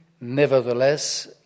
Nevertheless